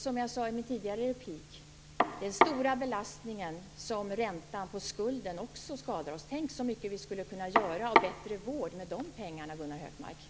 Som jag sade i min tidigare replik innebär räntan på skulden en stor belastning som också skadar oss. Tänk så mycket bättre vård vi skulle kunna ge med de pengarna, Gunnar Hökmark!